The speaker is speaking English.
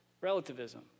relativism